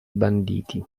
banditi